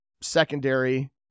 secondary